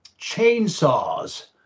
chainsaws